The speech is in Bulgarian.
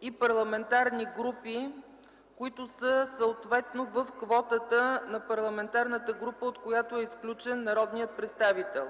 и парламентарни групи, които са съответно в квотата на парламентарната група, от която е изключен народният представител.